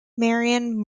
marion